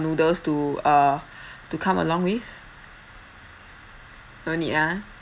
noodles to uh to come along with no need ah